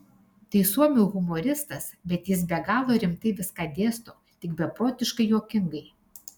tai suomių humoristas bet jis be galo rimtai viską dėsto tik beprotiškai juokingai